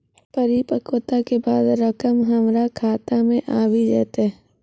परिपक्वता के बाद रकम हमरा खाता मे आबी जेतै?